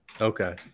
Okay